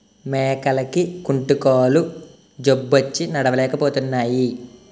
మేకలకి కుంటుకాలు జబ్బొచ్చి నడలేపోతున్నాయి